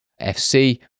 FC